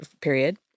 period